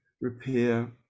repair